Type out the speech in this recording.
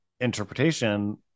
interpretation